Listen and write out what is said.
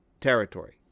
territory